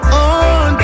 on